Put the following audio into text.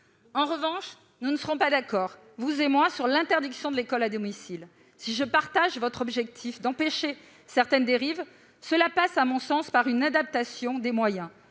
En revanche, nous ne serons pas d'accord, vous et moi, sur l'interdiction de l'école à domicile. Si je partage votre objectif d'empêcher certaines dérives, cela passe, à mon sens, par une adaptation des moyens